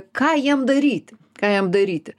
ką jiem daryt ką jam daryti